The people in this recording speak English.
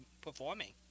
performing